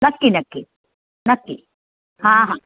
नक्की नक्की नक्की हां हां